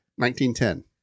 1910